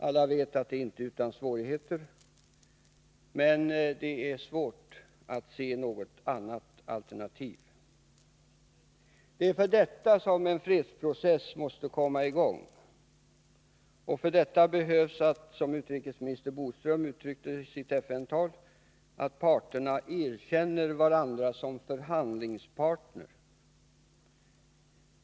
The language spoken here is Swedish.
Alla vet att det inte kan ske utan svårigheter, men det är svårt att se något alternativ. Det är för detta som en fredsprocess måste komma i gång. För detta behövs — som utrikesminister Bodström uttryckte det i sitt FN-tal — att parterna erkänner varandra som förhandlingsparter.